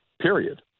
Period